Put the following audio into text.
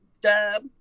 Dub